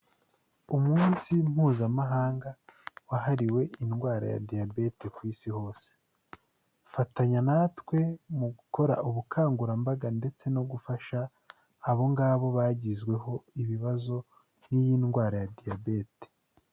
Umunsi mpuzamahanga wahariwe indwara ya diyabete ku isi hose, fatanya natwe mu gukora ubukangura mbaga, ndetse no gufasha abo ngabo bagizweho ibibazo n'iyi ndwara ya diyabete.